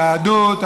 יהדות,